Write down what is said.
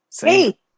Hey